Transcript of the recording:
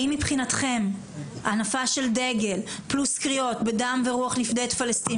האם מבחינתכם הנפה של דגל פלוס קריאות בדם ואש נפדה את פלשתין,